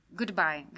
goodbye